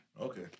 Okay